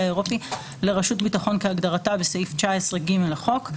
האירופי לרשות ביטחון כהגדרתה בסעיף 19(ג) לחוק,